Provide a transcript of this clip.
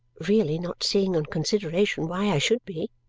really not seeing on consideration why i should be.